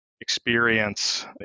experience